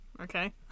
Okay